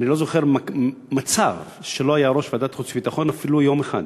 אני לא זוכר מצב שלא היה יושב-ראש ועדת החוץ והביטחון אפילו יום אחד.